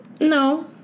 No